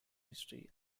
history